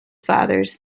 fathers